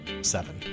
Seven